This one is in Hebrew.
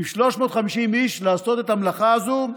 עם 350 איש לעשות את המלאכה הזו.